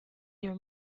your